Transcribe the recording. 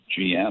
GM